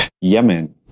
Yemen